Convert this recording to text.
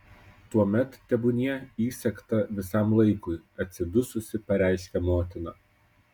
tuomet tebūnie įsegta visam laikui atsidususi pareiškia motina